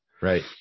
Right